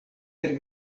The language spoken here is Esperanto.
per